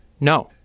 No